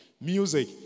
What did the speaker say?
music